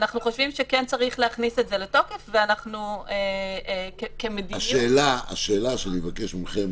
אנחנו חושבים שכן צריך להכניס את זה לתוקף כמדיניות --- אני מבקש מכם,